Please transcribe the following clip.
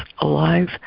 alive